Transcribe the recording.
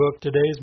Today's